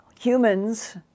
humans